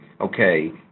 okay